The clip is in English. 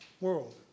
world